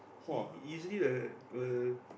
he usually will will